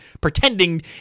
pretending